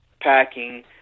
packing